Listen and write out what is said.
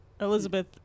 Elizabeth